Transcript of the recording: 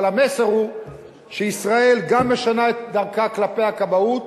אבל המסר הוא שישראל גם משנה את דרכה כלפי הכבאות,